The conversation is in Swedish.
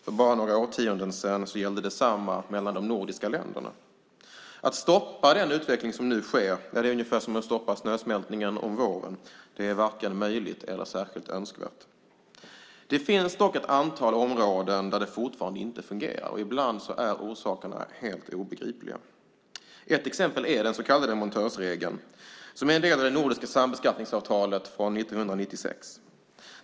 För bara några årtionden sedan gällde detsamma mellan de nordiska länderna. Att stoppa den utveckling som nu sker är ungefär som att stoppa snösmältningen om våren. Det är varken möjligt eller särskilt önskvärt. Det finns dock ett antal områden där det fortfarande inte fungerar, och ibland är orsakerna helt obegripliga. Ett exempel är den så kallade montörsregeln, som är en del av det nordiska sambeskattningsavtalet från 1996.